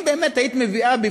אם באמת היית מביאה,